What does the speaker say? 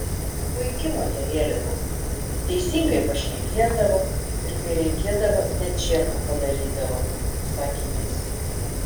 puiki moterėlė buvo teisingai pašnekėdavo ir kai reikėdavo net čierką padarydavo sakė jis